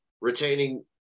retaining